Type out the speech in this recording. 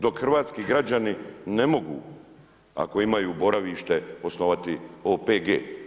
Dok hrvatski građani ne mogu, ako imaju boravište, osnovati OPG.